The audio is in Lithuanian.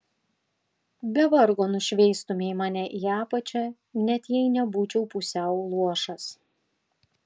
be vargo nušveistumei mane į apačią net jei nebūčiau pusiau luošas